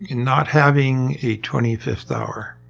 not having a twenty fifth hour.